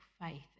faith